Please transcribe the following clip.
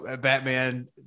Batman